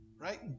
right